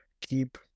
keep